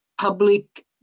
public